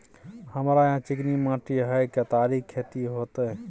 हमरा यहाँ चिकनी माटी हय केतारी के खेती होते?